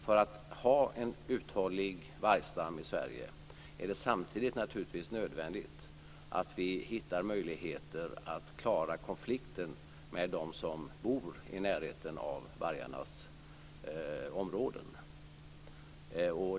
För att vi ska kunna ha en uthållig vargstam i Sverige är det samtidigt naturligtvis nödvändigt att vi hittar möjligheter att klara konflikten med dem som bor i närheten av vargarnas områden.